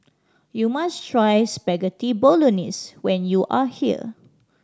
you must try Spaghetti Bolognese when you are here